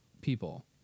people